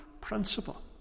principle